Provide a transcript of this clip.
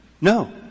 no